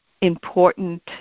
important